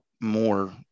more